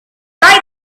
bite